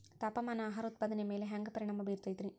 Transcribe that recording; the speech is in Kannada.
ತಾಪಮಾನ ಆಹಾರ ಉತ್ಪಾದನೆಯ ಮ್ಯಾಲೆ ಹ್ಯಾಂಗ ಪರಿಣಾಮ ಬೇರುತೈತ ರೇ?